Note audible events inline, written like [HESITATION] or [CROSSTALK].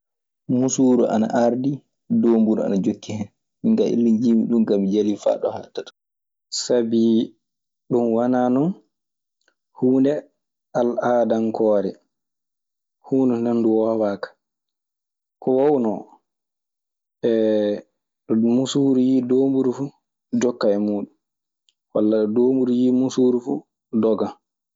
Muusuuru ana aardi doomuru ana jokki hen. Min ka illa njiimi ɗun ka mi jalii faa ɗo haattata. Sabi ɗun wanaano huunde alaadankoore. Huunde non ndu woowaa kaa. Ko woownoo [HESITATION] ɗo muusuuru yii doomburu fuu, jokka e muuɗun. Walla doomburu yii muusuuru fuu, dogan.